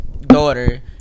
daughter